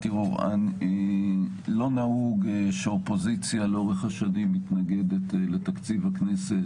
לא נהוג שהאופוזיציה לאורך השנים מתנגדת לתקציב הכנסת,